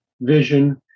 Vision